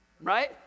right